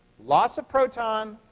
loss of proton,